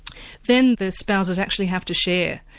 then the spouses actually have to share,